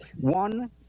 One